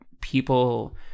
people